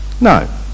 No